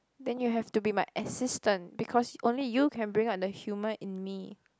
then you have to be my assistant because only you can bring out the humor in me